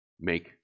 make